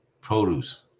produce